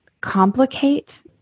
complicate